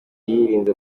yirinze